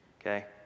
okay